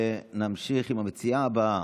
ונמשיך עם המציעה הבאה,